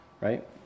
Right